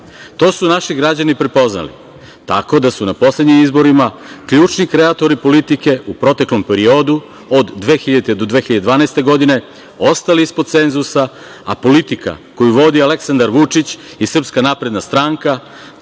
To su naši građani prepoznali, tako da su na poslednjim izborima ključni kreatori politike u proteklom periodu od 2000. do 2012. godine ostali ispod cenzusa, a politika koju vodi Aleksandar Vučić i SNS dobila